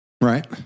Right